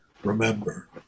Remember